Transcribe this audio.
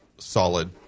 Solid